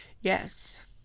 Yes